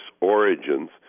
origins